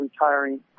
retiring